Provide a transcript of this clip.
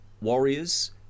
warriors